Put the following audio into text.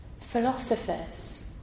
Philosophers